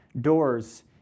doors